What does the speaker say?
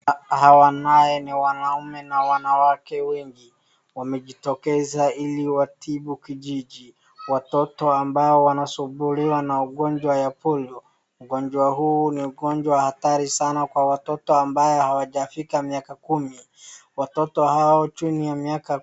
Hawa naye ni wanaume na wanawake wengi. Wamejitokeza hili watibu kijiji. Watoto ambao wanasumbuliwa na ugonjwa wa polio. Ugonjwa huu ni Ugonjwa hatari sana kwa watoto ambaye hawajafika miaka kumi. Watoto hao chini ya miaka.